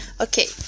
Okay